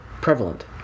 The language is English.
prevalent